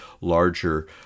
larger